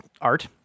art